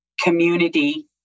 community